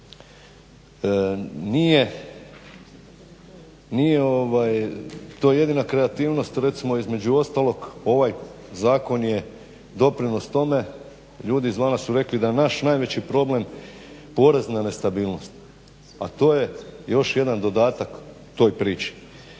nije to jedina kreativnost, recimo između ostalog ovaj zakon je doprinos tome, ljudi izvana su rekli da je naš najveći problem porezna nestabilnost, a to je još jedan dodatak toj priči.